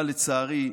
אבל לצערי,